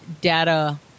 data